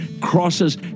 crosses